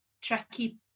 tricky